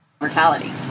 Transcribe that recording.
Mortality